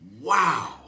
Wow